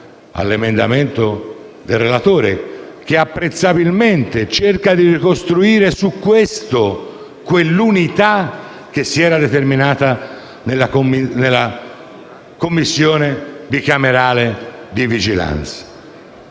all'emendamento del relatore, che apprezzabilmente cerca di ricostruire su questo quell'unità che si era determinata nella Commissione bicamerale di vigilanza.